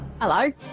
Hello